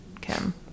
kim